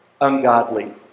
ungodly